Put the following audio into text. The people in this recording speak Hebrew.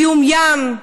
זיהום ים.